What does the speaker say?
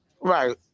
right